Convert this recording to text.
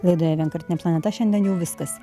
laidoje vienkartinė planeta šiandien jau viskas